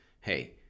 hey